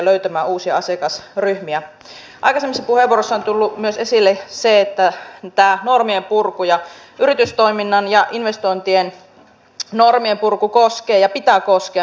tällä hetkellä meillä on paljon tutkittua tietoa siitä miten ottamalla kansalaiset mukaan hoidon suunnitteluun ja kehittämiseen voidaan saada parempia hoitotuloksia ja taloudellisia säästöjä